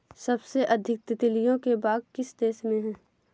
सबसे अधिक तितलियों के बाग किस देश में हैं?